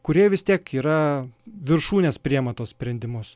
kurioje vis tiek yra viršūnės priima tuos sprendimus